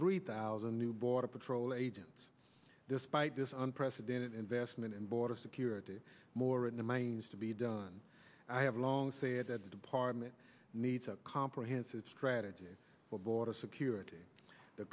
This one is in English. three thousand new border patrol agents despite this unprecedented investment in border security more in the mines to be done i have long said that the department needs a comprehensive strategy for border security the